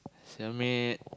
sell maid